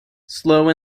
slow